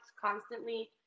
constantly